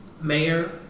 mayor